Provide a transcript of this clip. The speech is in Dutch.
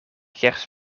gers